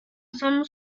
some